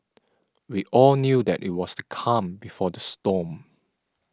we all knew that it was the calm before the storm